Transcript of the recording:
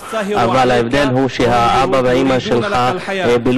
אבל ההבדל הוא שהאבא והאימא שלך בילו